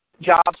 jobs